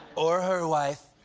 or her wife.